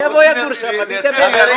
שיבוא, יגור שם ------ דמוקרטיה.